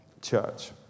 church